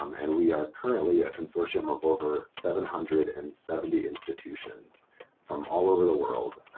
um and we are currently a consortium of over seven hundred and seventy institutions from all over the world.